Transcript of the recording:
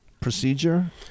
procedure